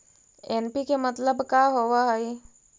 NPK मतलब का होव हइ?